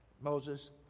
Moses